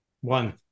One